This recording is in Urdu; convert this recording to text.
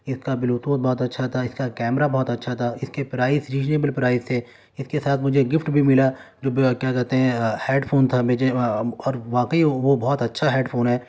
اس کا بلو ٹوتھ بہت اچھا تھا اس کا کیمرا بہت اچھا تھا اس کے پرائز ریزنیبل پرائز تھے اس کے ساتھ مجھے گفٹ بھی ملا جو کیا کہتے ہیں ہیڈ فون تھا اور واقعی وہ وہ بہت اچھا ہیڈ فون ہے